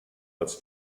als